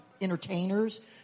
entertainers